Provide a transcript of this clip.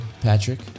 patrick